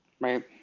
right